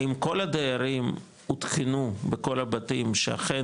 האם כל הדיירים עודכנו בכל הבתים שאכן